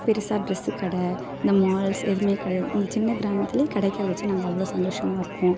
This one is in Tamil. பெருசாக ட்ரெஸ்ஸு கடை இந்த மால்ஸ் எதுவுமே கிடையாது இந்த சின்னக் கிராமத்திலே கிடைக்கறத வச்சு நாங்கள் அவ்வளோ சந்தோஷமாக இருக்கோம்